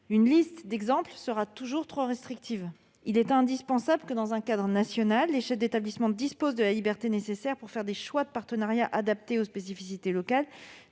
une liste d'exemples sera, comme souvent, toujours trop restrictive. Il est indispensable que, dans un cadre national, les chefs d'établissement disposent de la liberté nécessaire pour faire des choix de partenariat adaptés aux spécificités locales,